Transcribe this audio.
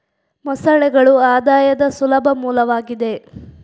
ಮೊಸಳೆಗಳು ಆದಾಯದ ಸುಲಭ ಮೂಲವಾಗಿದೆ